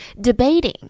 debating